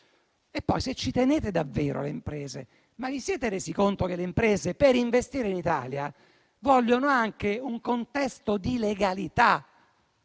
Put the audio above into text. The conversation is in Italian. E poi, se ci tenete davvero alle imprese, vi siete resi conto che le imprese per investire in Italia vogliono anche un contesto di legalità?